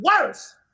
worse